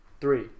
Three